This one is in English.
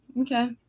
okay